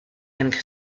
and